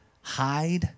Hide